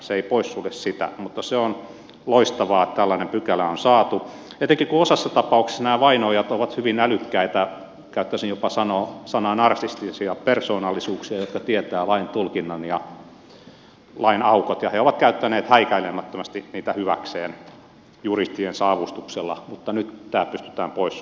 se ei poissulje sitä mutta se on loistavaa että tällainen pykälä on saatu etenkin kun osassa tapauksista nämä vainoajat ovat hyvin älykkäitä käyttäisin jopa ilmausta narsistisia persoonallisuuksia jotka tietävät lain tulkinnan ja lain aukot ja ovat käyttäneet häikäilemättömästi niitä hyväkseen juristiensa avustuksella mutta nyt tämä pystytään poissulkemaan